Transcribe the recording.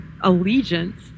allegiance